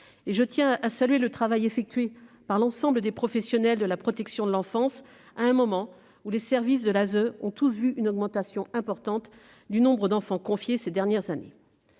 je tiens à saluer le travail réalisé par l'ensemble des professionnels de la protection de l'enfance, alors que tous les services de l'ASE ont connu une augmentation importante du nombre d'enfants confiés au cours des dernières années.